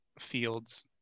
fields